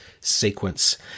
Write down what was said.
sequence